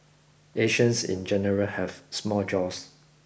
Asians in general have small jaws